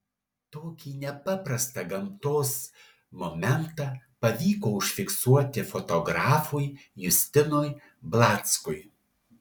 tokį nepaprastą gamtos momentą pavyko užfiksuoti fotografui justinui blackui